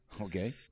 Okay